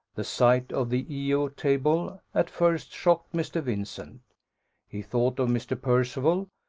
the sight of the e o table at first shocked mr. vincent he thought of mr. percival,